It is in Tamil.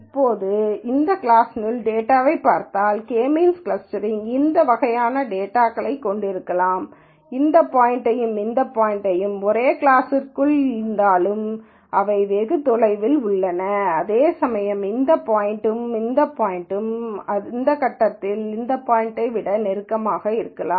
இப்போது இந்த கிளாஸினுள் டேட்டாவைப் பார்த்தால் கே மீன்ஸ் க்ளஸ்டரிங் இந்த வகையான டேட்டாவைக் கொண்டிருக்கலாம் இந்த பாய்ன்ட்யும் இந்த பாய்ன்ட்யும் ஒரே கிளாஸினுள் இருந்தாலும் அவை வெகு தொலைவில் உள்ளன அதேசமயம் இந்த பாய்ன்ட் மற்றும் இந்த பாய்ன்ட் இந்த கட்டத்தில் இந்த பாய்ன்ட்யை விட நெருக்கமாக இருக்கலாம்